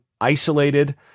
isolated